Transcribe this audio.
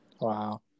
Wow